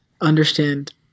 understand